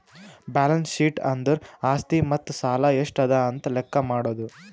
balance sheet ಅಂದುರ್ ಆಸ್ತಿ ಮತ್ತ ಸಾಲ ಎಷ್ಟ ಅದಾ ಅಂತ್ ಲೆಕ್ಕಾ ಮಾಡದು